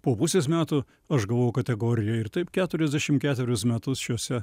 po pusės metų aš gavau kategoriją ir taip keturiasdešim ketverius metus šiuose